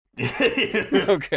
Okay